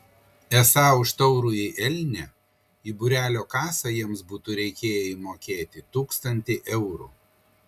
esą už taurųjį elnią į būrelio kasą jiems būtų reikėję įmokėti tūkstantį eurų